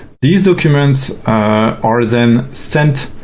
these documents are then sent